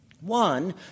One